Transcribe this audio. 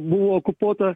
buvo okupuota